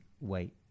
wait